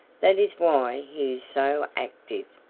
that is why he is so active.